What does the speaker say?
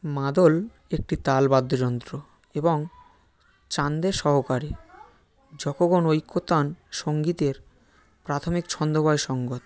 মাদল একটি তাল বাদ্যযন্ত্র এবং চাঁদের সহকারে যখন ঐকতান সঙ্গীতের প্রাথমিক ছন্দময় সঙ্গত